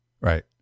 Right